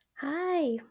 Hi